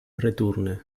returne